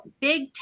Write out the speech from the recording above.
big